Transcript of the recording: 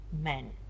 men